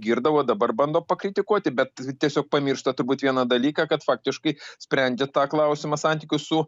girdavo dabar bando pakritikuoti bet tiesiog pamiršta turbūt vieną dalyką kad faktiškai sprendžia tą klausimą santykių su